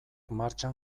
martxan